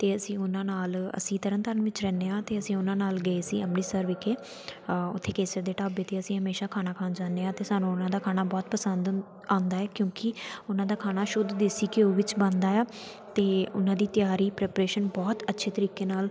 ਅਤੇ ਅਸੀਂ ਉਹਨਾਂ ਨਾਲ ਅਸੀਂ ਤਰਤਾਰਨ ਵਿੱਚ ਰਹਿੰਦੇ ਹਾਂ ਅਤੇ ਅਸੀਂ ਉਹਨਾਂ ਨਾਲ ਗਏ ਸੀ ਅੰਮ੍ਰਿਤਸਰ ਵਿਖੇ ਉੱਥੇ ਕੇਸਰ ਦੇ ਢਾਬੇ 'ਤੇ ਅਸੀਂ ਹਮੇਸ਼ਾ ਖਾਣਾ ਖਾਣ ਜਾਂਦੇ ਹਾਂ ਅਤੇ ਸਾਨੂੰ ਉਹਨਾਂ ਦਾ ਖਾਣਾ ਬਹੁਤ ਪਸੰਦ ਆਉਂਦਾ ਹੈ ਕਿਉਂਕਿ ਉਹਨਾਂ ਦਾ ਖਾਣਾ ਸ਼ੁੱਧ ਦੇਸੀ ਘਿਓ ਵਿੱਚ ਬਣਦਾ ਆ ਅਤੇ ਉਹਨਾਂ ਦੀ ਤਿਆਰੀ ਪ੍ਰੈਪਰੇਸ਼ਨ ਬਹੁਤ ਅੱਛੇ ਤਰੀਕੇ ਨਾਲ